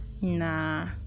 nah